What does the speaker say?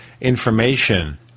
information